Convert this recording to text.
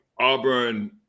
auburn